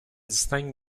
distingue